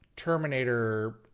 Terminator